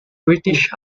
british